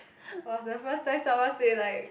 was the first time someone say like